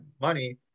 money